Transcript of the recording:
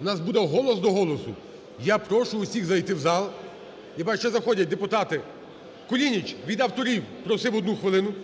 у нас буде голос до голосу. Я прошу всіх зайти в зал, я бачу, що ще заходять депутати. Кулініч від авторів просив одну хвилину.